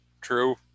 True